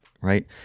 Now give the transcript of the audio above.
right